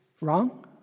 wrong